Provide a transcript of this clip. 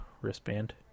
wristband